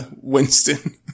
Winston